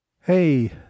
Hey